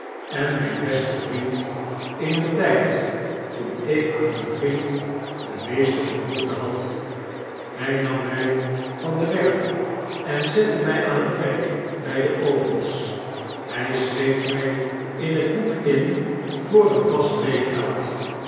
en myn beste vriend in een tyd toen ik aan een vriend de meeste behoefte had hy nam mij van de werf en zette my aan het werk bij de ovens hij schreef my in het boek in voor een